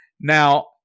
Now